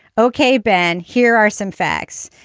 ok, ben, here are some facts.